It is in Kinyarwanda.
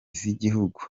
z’igihugu